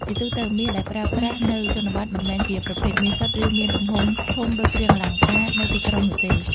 ជាទូទៅ មាសដែលប្រើប្រាស់នៅជនបទមិនមែនជាប្រភេទមាសសុទ្ធ ឬមានទំហំធំដូចគ្រឿងអលង្ការនៅទីក្រុងនោះទេ។